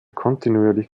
kontinuierlich